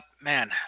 Man